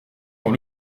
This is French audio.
tant